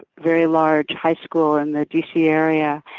very large high school in the d c. area.